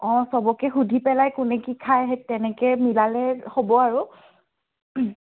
অঁ চবকে সুধি পেলাই কোনে কি খায় সেই তেনেকৈ মিলালে হ'ব আৰু